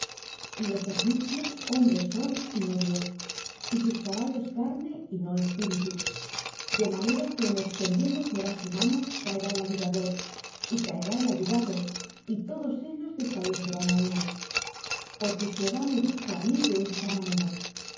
y los egipcios hombres son y no dios y sus caballos carne y no espíritu de manera que en extendiendo jehová su mano caerá el ayudador y caerá el ayudado y todos ellos desfallecerán á una porque jehová me dijo á mí de esta manera